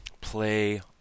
play